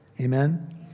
Amen